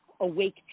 Awake